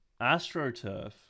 astroturf